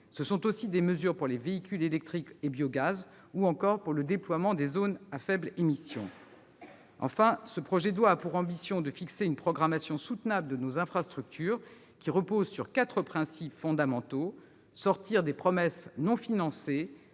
Ce sont aussi des mesures pour les véhicules électriques et biogaz ou encore le déploiement des zones à faibles émissions. Enfin, ce projet de loi a pour ambition de fixer une programmation soutenable de nos infrastructures de transport qui repose sur quatre principes fondamentaux : sortir des promesses non financées